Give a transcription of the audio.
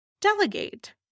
delegate